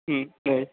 हम्म